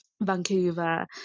Vancouver